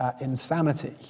insanity